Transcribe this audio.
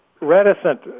reticent